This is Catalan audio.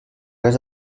res